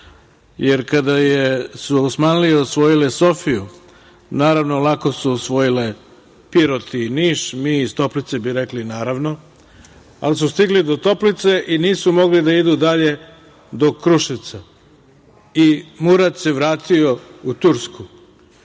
Kada su Osmanlije osvojile Sofiju, naravno lako su osvojile Pirot i Niš, mi iz Toplice bi rekli naravno, ali su stigli do Toplice i nisu mogli da idu dalje do Kruševca. Murat se onda vratio u Tursku. Hoću